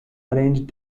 arranged